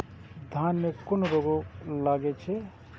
धान में कुन रोग लागे छै?